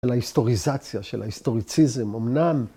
‫של ההיסטוריזציה, ‫של ההיסטוריציזם, אמנם...